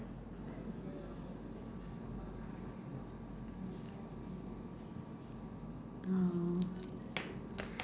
mm